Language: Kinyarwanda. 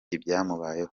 ibyamubayeho